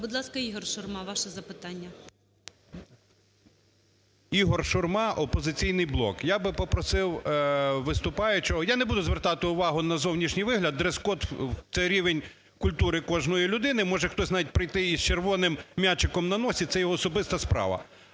Будь ласка, Ігор Шурма, ваше запитання. 10:59:45 ШУРМА І.М. Ігор Шурма, "Опозиційний блок". Я би попросив виступаючого. Я не буду звертати увагу на зовнішній вигляд, дрес-код – це рівень культури кожної людини, може хтось навіть прийти і з червоним м'ячиком на носі, це його особиста справа.